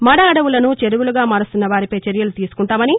మడ అడవులను చెరువులుగా మారుస్తున్న వారిపై చర్యలు తీసుకుంటామని